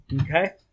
Okay